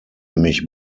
mich